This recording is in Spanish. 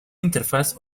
interfaz